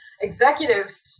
executives